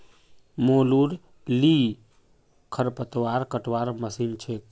मोलूर ली खरपतवार कटवार मशीन छेक